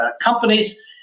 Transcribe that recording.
companies